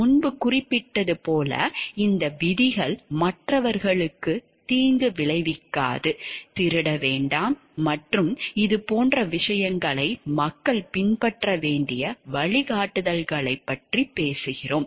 முன்பு குறிப்பிட்டது போல இந்த விதிகள் மற்றவர்களுக்கு தீங்கு விளைவிக்காது திருட வேண்டாம் மற்றும் இதுபோன்ற விஷயங்களை மக்கள் பின்பற்ற வேண்டிய வழிகாட்டுதல்களைப் பற்றி பேசுகிறோம்